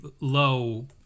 low